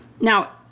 Now